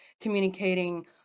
communicating